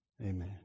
Amen